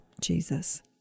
Jesus